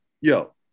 yo